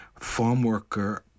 farmworker